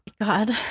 God